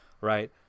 right